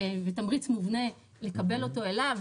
ותמריץ מובנה לקבל אותו אליו,